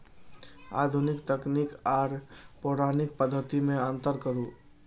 आधुनिक तकनीक आर पौराणिक पद्धति में अंतर करू?